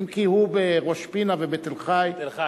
אם כי הוא, בראש-פינה ובתל-חי, תל-חי.